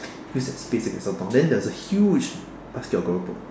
basically a sotong then there's a huge basket of keropok